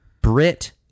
Brit